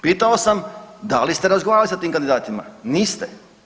Pitao sam da li ste razgovarali sa tim kandidatima, niste.